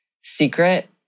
secret